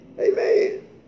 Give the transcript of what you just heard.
Amen